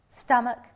stomach